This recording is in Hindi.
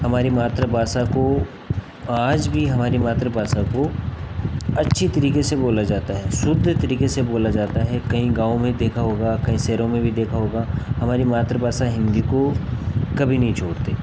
हमारी मातृभाषा को आज भी हमारी मातृभाषा को अच्छी तरीके से बोला जाता है शुद्ध तरीके से बोला जाता है कहीं गाँव में भी देखा होगा कहीं शहरों में भी देखा होगा हमारी मातृभाषा हिंदी को कभी नहीं छोड़ते